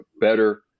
better